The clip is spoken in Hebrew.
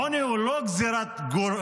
העוני הוא לא גזרת גורל.